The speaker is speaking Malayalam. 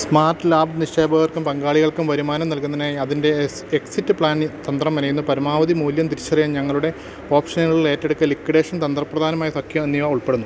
സ്മാട്ട് ലാബ് നിക്ഷേപകർക്കും പങ്കാളികൾക്കും വരുമാനം നൽകുന്നതിനായി അതിന്റെ എക്സിറ്റ് പ്ലാന് തന്ത്രം മെനയുന്നു പരമാവധി മൂല്യം തിരിച്ചറിയാൻ ഞങ്ങളുടെ ഓപ്ഷനുകളില് ഏറ്റെടുക്കൽ ലിക്വിഡേഷൻ തന്ത്രപരമായ സഖ്യം എന്നിവയുൾപ്പെടുന്നു